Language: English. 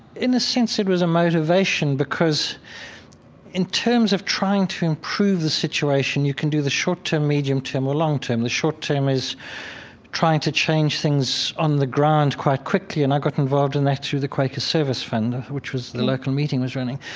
in a sense, it was a motivation. because in terms of trying to improve the situation, you can do the short term, medium term, or long term. the short term is trying to change things on the ground quite quickly. and i got involved in that through the quaker service fund, which the local meeting was running.